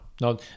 No